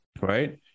Right